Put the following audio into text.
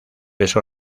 eso